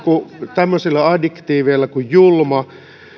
tämmöisillä adjektiiveilla kuin julma